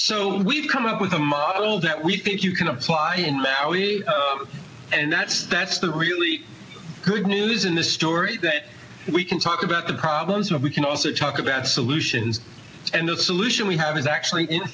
we've come up with a model that we think you can apply in maui and that's that's the really good news in this story that we can talk about the problems of we can also talk about solutions and the solution we have is actually